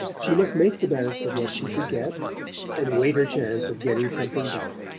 she must make the best of what she could get and wait her chance of getting something better